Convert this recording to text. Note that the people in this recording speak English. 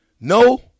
No